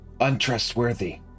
untrustworthy